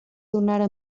donara